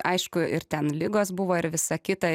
aišku ir ten ligos buvo ir visa kita